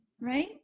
right